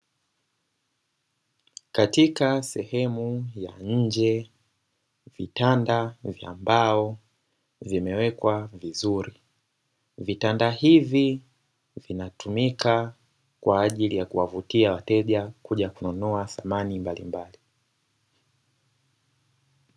Katika sehemu ya nje, vitanda vya mbao vimewekwa vizuri. Vitanda hivi vinatumika kwa ajili ya kuwavutia wateja kuja kununua samani mbalimbali.